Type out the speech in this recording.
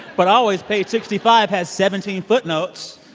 but always page sixty five has seventeen footnotes.